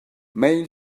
male